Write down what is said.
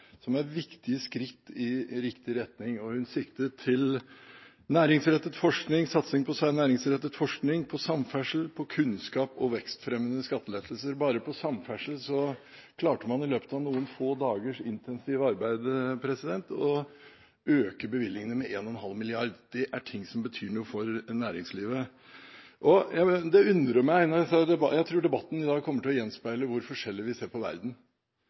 som er viktige skritt i riktig retning. Hun siktet til satsing på næringsrettet forskning, på samferdsel, på kunnskap og på vekstfremmende skattelettelser. Bare på samferdsel klarte man i løpet av noen få dagers intensivt arbeid å øke bevilgningene med 1,5 mrd. kr. Det er ting som betyr noe for næringslivet. Jeg tror debatten i dag kommer til å gjenspeile hvor forskjellig vi ser på verden.